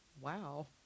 wow